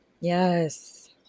Yes